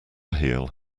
heel